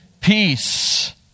Peace